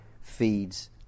feeds